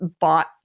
bought